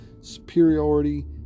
superiority